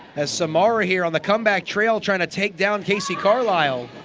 as samara here on the comeback trail trying to take down kacee carlisle